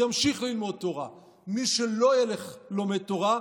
ימשיך ללמוד תורה, מי שלא לומד תורה,